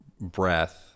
breath